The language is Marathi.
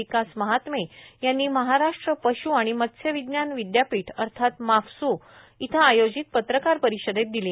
विकास महात्मे यांनी महाराष्ट्र पश् आणि मत्स्य विज्ञान विद्यापीठ अर्थात माफसू नागपूर इथं आयोजित पत्रकार परिषदेत दिली